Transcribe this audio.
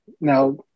Now